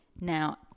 Now